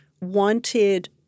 wanted